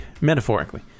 Metaphorically